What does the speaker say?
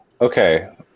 Okay